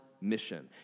mission